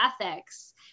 ethics